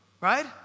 right